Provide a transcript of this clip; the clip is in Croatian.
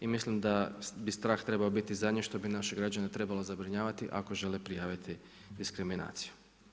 I mislim da bi strah trebao biti zadnje što bi naše građane trebalo zabrinjavati ako žele prijaviti diskriminaciju.